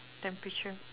temperature